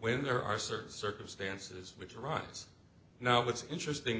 when there are certain circumstances which arise now what's interesting